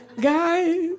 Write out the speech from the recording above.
guys